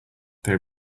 they